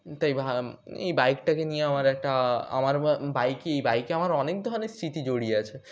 তাই ভ এই বাইকটাকে নিয়ে আমার একটা আমার বাইকে এই বাইকে আমার অনেক ধরনের স্মৃতি জড়িয়ে আছে